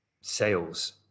sales